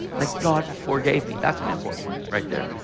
like god forgave me. that's an important one right there.